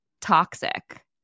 toxic